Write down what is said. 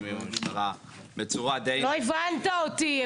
עם המשטרה בצורה די --- לא הבנת אותי,